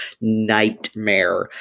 nightmare